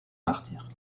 martyre